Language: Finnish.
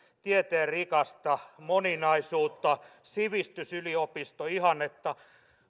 tieteen rikasta moninaisuutta sivistysyliopistoihannetta